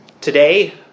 today